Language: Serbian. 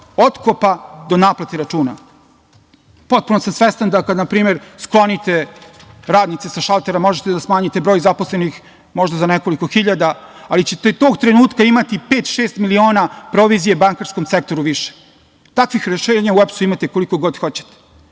od otkopa do naplate računa. Potpuno sam svestan da, kad na primer sklonite radnice sa šaltera, možete da smanjite broj zaposlenih možda za nekoliko hiljada, ali ćete tog trenutka imati 5, 6 miliona provizije u bankarskom sektoru više. Takvih rešenja u EPS-u imate koliko god hoćete. Srbija